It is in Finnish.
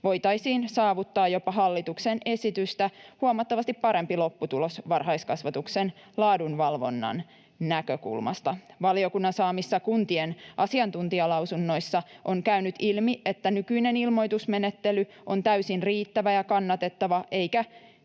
voitaisiin saavuttaa jopa hallituksen esitystä huomattavasti parempi lopputulos varhaiskasvatuksen laadunvalvonnan näkökulmasta. Valiokunnan saamista kuntien asiantuntijalausunnoista on käynyt ilmi, että nykyinen ilmoitusmenettely on täysin riittävä ja kannatettava